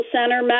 Center